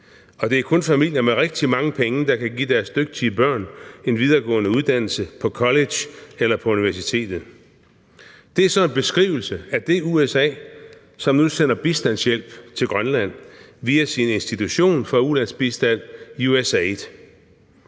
og det er kun familier med rigtig mange penge, der kan give deres dygtige børn en videregående uddannelse på college eller på universitetet. Det er så en beskrivelse af det USA, som nu sender bistandshjælp til Grønland via sin institution for ulandsbistand, USAID.